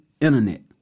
Internet